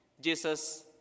Jesus